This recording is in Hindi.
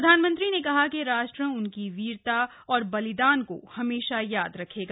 प्रधानमंत्री ने कहा कि राष्ट्र उनकी वीरता और बलिदान को हमेशा याद रखेगा